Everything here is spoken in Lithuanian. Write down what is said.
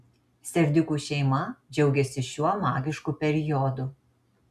serdiukų šeima džiaugiasi šiuo magišku periodu